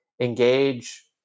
engage